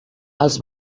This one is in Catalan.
els